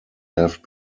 have